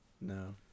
No